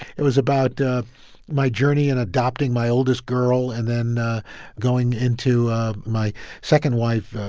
it was about my journey in adopting my oldest girl and then going into my second wife,